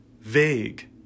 vague